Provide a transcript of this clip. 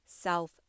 self